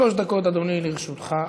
שלוש דקות, אדוני, לרשותך.